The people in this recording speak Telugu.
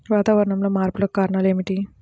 వాతావరణంలో మార్పులకు కారణాలు ఏమిటి?